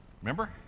remember